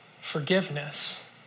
forgiveness